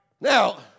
Now